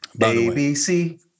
ABC